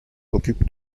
occupe